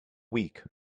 weak